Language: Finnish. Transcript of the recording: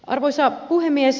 arvoisa puhemies